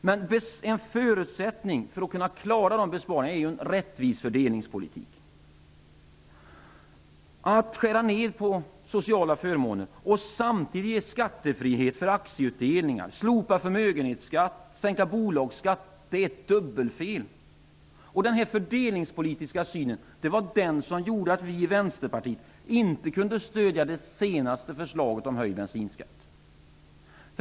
Men en förutsättning för att kunna åstadkomma dessa besparingar är en rättvis fördelningspolitik. Att skära ner sociala förmåner och samtidigt ge skattefrihet för aktieutdelningar, slopa förmögenhetsskatten och sänka bolagsskatten är ett dubbelfel. Denna fördelningspolitiska syn gjorde att vi i Vänsterpartiet inte kunde stödja det senaste förslaget om höjd bensinskatt.